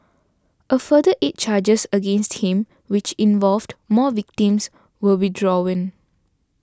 a further eight charges against him which involved more victims were withdrawn